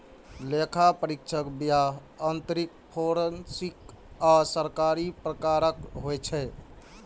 लेखा परीक्षक बाह्य, आंतरिक, फोरेंसिक आ सरकारी प्रकारक होइ छै